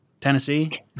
Tennessee